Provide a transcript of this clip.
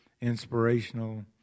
inspirational